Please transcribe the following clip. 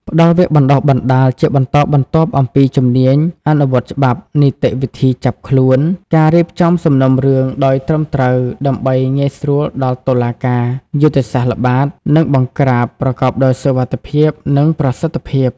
ផ្តល់វគ្គបណ្តុះបណ្តាលជាបន្តបន្ទាប់អំពី ជំនាញអនុវត្តច្បាប់ នីតិវិធីចាប់ខ្លួន ការរៀបចំសំណុំរឿងដោយត្រឹមត្រូវដើម្បីងាយស្រួលដល់តុលាការ យុទ្ធសាស្ត្រល្បាត និងបង្ក្រាប ប្រកបដោយសុវត្ថិភាព និងប្រសិទ្ធភាព។